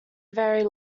very